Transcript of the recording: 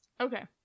Okay